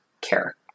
care